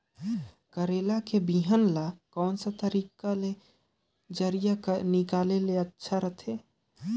करेला के बीजा ला कोन सा तरीका ले जरिया निकाले ले अच्छा रथे?